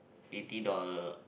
eighty dollar